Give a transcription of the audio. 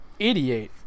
88